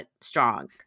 strong